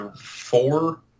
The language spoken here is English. four